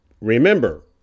Remember